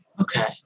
Okay